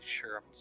sure